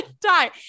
die